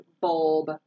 bulb